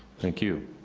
thank you.